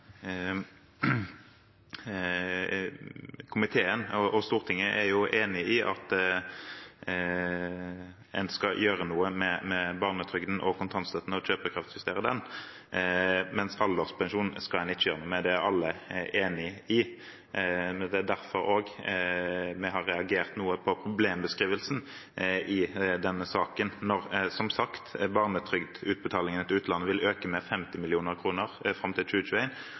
Komiteen og Stortinget er enige om at en skal gjøre noe med barnetrygden og kontantstøtten, å kjøpekraftsjustere dem, mens alderspensjonen skal en ikke gjøre noe med. Det er alle enig i. Det er derfor vi også har reagert noe på problemsbeskrivelsen i denne saken, når barnetrygdutbetalingene til utlandet som sagt vil øke med 50 mill. kr fram til